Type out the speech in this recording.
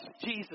Jesus